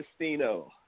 Castino